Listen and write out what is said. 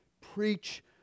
Preach